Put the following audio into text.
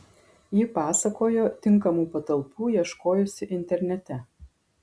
ji pasakojo tinkamų patalpų ieškojusi internete